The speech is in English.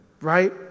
right